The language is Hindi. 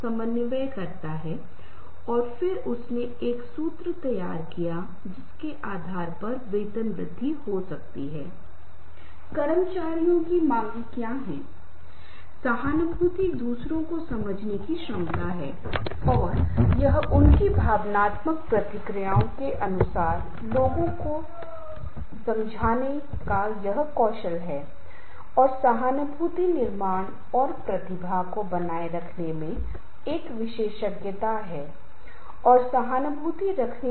तो यह मेरा कर्तव्य बन जाता है कि हम उसे बाध्य करें उसे उसकी चेतावनी दे सकते हैं की देखो मैंने आपको पर्याप्त समय पर्याप्त चेतावनी दी है और यदि आप प्रदर्शन करने में सक्षम नहीं हैं यदि आप हमारे कर्तव्यों को ठीक से नहीं कर पा रहे हैं तो कुछ अनुशासनात्मक कार्रवाई की जा सकती है